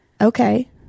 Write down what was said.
okay